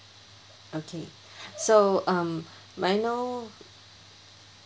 okay so um may I know